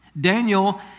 Daniel